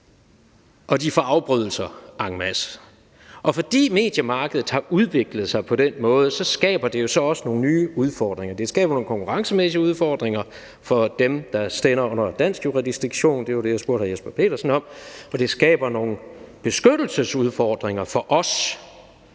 og de får afbrydelser en masse. Fordi mediemarkedet har udviklet sig på den måde, skaber det jo så også nogle nye udfordringer. Det skaber nogle konkurrencemæssige udfordringer for dem, der sender under dansk jurisdiktion – det var det, jeg spurgte hr. Jesper Petersen om – og det skaber nogle beskyttelsesudfordringer for os,